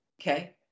Okay